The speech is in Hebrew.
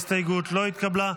ההסתייגות לא התקבלה.